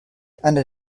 einer